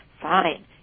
fine